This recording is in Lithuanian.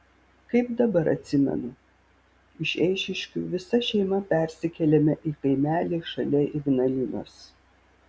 kaip dabar atsimenu iš eišiškių visa šeima persikėlėme į kaimelį šalia ignalinos